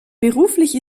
beruflich